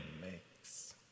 makes